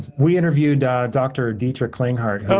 we interviewed dr. dietrich klinghardt.